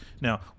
Now